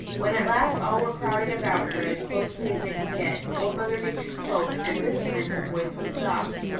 when at last all were crowded about her as closely as they could get, old mother nature spoke and this time her voice was soft.